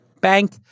Bank